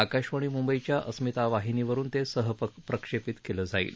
आकाशवाणी मुंबईच्या अस्मिता वाहिनीवरुन ते सहक्षेपित केलं जाईल